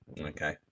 Okay